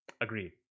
Agreed